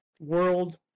World